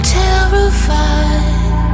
terrified